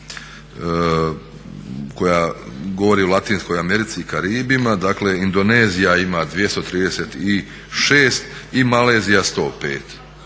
koja govori o Latinskoj Americi i Karibima. Dakle, Indonezija ima 236 i Malezija 105